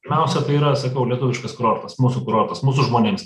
pirmiausia tai yra sakau lietuviškas kurortas mūsų kurortas mūsų žmonėms